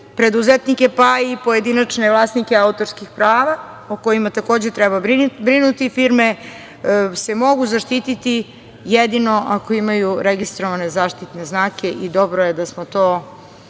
preduzetnike, pa i pojedinačne vlasnike autorskih prava, o kojima takođe treba brinuti. Firme se mogu zaštiti jedino ako imaju registrovane zaštitne znake. Dobro je da smo to napokon